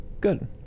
good